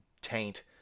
taint